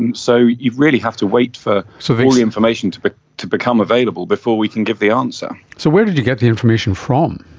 and so you'd really have to wait for so all the information to but to become available before we can give the answer. so where did you get the information from?